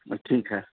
ٹھیک ہے